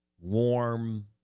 warm